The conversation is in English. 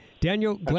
Daniel